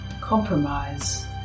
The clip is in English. compromise